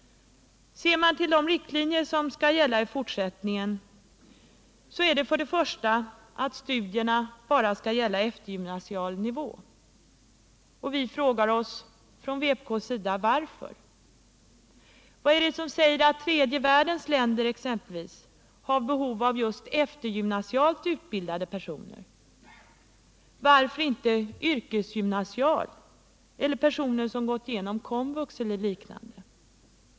Ser man till de riktlinjer som skall gälla för de gäststuderande i fortsättningen finner man för det första att dessa innebär att studierna bara skall gälla eftergymnasial nivå. Vi inom vänsterpartiet kommunisterna frågar oss: Varför då? Vad är det som säger att exempelvis tredje världens länder har behov av just eftergymnasialt utbildade personer? Varför inte yrkesgymnasialt utbildade eller personer som gått igenom KOMVUX eller liknande utbildning?